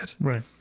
Right